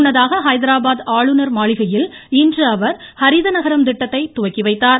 முன்னதாக ஹைதராபாத் ஆளுநர் மாளிகையில் அவர் இன்று ஹரிதநகரம் திட்டத்தை துவக்கிவைத்தார்